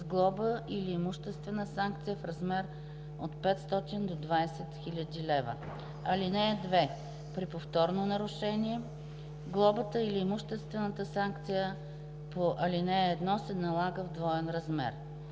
с глоба или с имуществена санкция в размер от 500 до 20 000 лв. (2) При повторно нарушение глобата или имуществената санкция по ал. 1 се налага в двоен размер.“